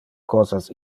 cosas